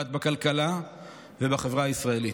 פוגעת בכלכלה ובחברה הישראלית.